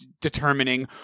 determining